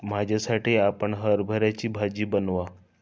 माझ्यासाठी आपण हरभऱ्याची भाजी बनवा